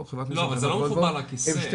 יש היום את חברת ניסן וחברת וולוו,